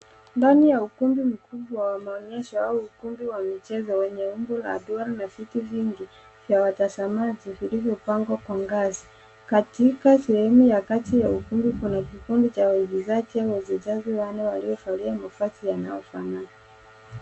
Ndani ya ukumbi mkubwa wa maonyesho au ukumbi wa michezo wenye umbo la duara na viti vingi vya watazamaji vilivyopangwa kwa ngazi. Katika sehemu ya kati ya ukumbi kuna kikundi cha waigizaji au wachezaji wanne waliovalia mavazi yanayofanana.